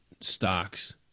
stocks